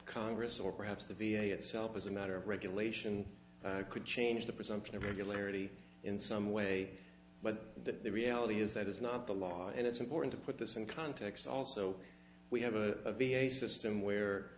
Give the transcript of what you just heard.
congress or perhaps the v a itself as a matter of regulation could change the presumption of regularity in some way but the reality is that is not the law and it's important to put this in context also we have a v a system where